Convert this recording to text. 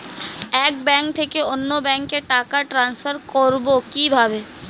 এক ব্যাংক থেকে অন্য ব্যাংকে টাকা ট্রান্সফার করবো কিভাবে?